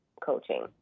coaching